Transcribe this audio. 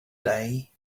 day